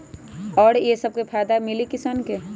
और ये से का फायदा मिली किसान के?